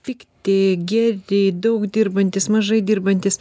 pikti geri daug dirbantys mažai dirbantys